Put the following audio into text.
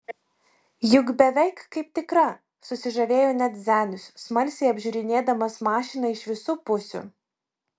juk beveik kaip tikra susižavėjo net zenius smalsiai apžiūrinėdamas mašiną iš visų pusių